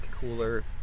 cooler